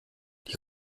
die